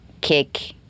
kick